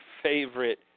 favorite